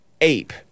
Ape